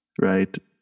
right